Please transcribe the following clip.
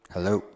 Hello